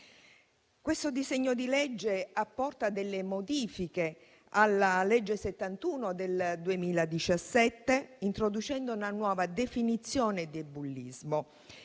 Questo disegno di legge apporta delle modifiche alla legge n. 71 del 2017, introducendo una nuova definizione di bullismo,